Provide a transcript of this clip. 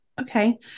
Okay